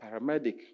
paramedic